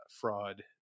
fraud